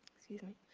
excuse me.